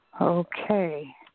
Okay